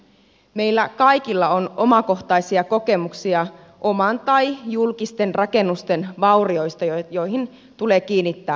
meillä kaikilla on omakohtaisia kokemuksia oman tai julkisten rakennusten vaurioista joihin tulee kiinnittää huomiota